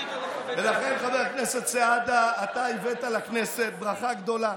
ולכן חבר הכנסת סעדה, אתה הבאת לכנסת ברכה גדולה.